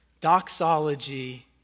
Doxology